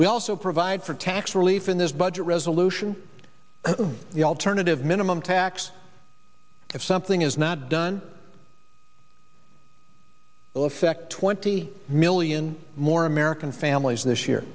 we also provide for tax relief in this budget resolution the alternative minimum tax if something is not done will affect twenty million more american families this year